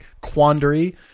quandary